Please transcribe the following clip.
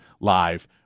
live